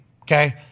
okay